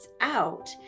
out